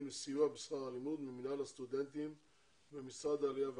לסיוע בשכר הלימוד ממינהל הסטודנטים ומשרד העלייה והקליטה.